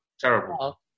Terrible